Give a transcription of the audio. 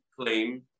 Claim